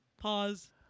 Pause